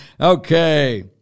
Okay